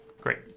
Great